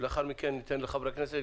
ולאחר מכן ניתן לחברי הכנסת,